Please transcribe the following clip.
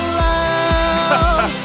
loud